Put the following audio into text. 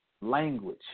language